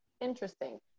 interesting